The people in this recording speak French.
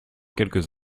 quelques